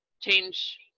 change